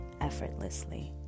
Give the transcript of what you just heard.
effortlessly